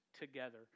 together